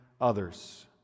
others